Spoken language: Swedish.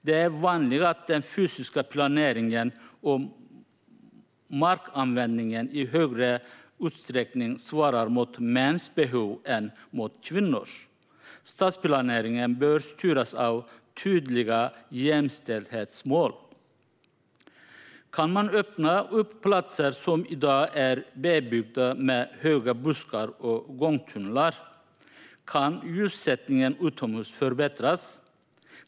Det är vanligt att den fysiska planeringen och markanvändningen i högre utsträckning svarar mot mäns behov än mot kvinnors. Stadsplaneringen bör styras av tydliga jämställdhetsmål. Kan man öppna upp platser som i dag är bebyggda med höga buskar och gångtunnlar? Kan ljussättningen utomhus förbättras?